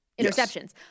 interceptions